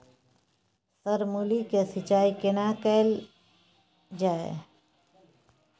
Sir मूली के सिंचाई केना कैल जाए?